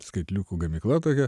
skaitliukų gamykla tokia